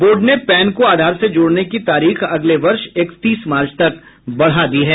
board ने PAN को आधार से जोड़ने की तारीख अगले वर्ष इकतीस मार्च तक बढ़ा दी है